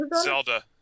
Zelda